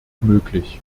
möglich